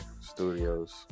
Studios